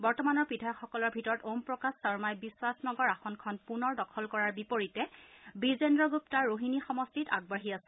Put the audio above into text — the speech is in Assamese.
বৰ্তমানৰ বিধায়কসকলৰ ভিতৰত ওম প্ৰকাশ শৰ্মাই বিখাস নগৰ আসনখন পুনৰ দখল কৰাৰ বিপৰীতে বিজেদ্ৰ গুপ্তা ৰোহিনী সমষ্টিত আগবাঢ়ি আছে